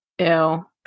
Ew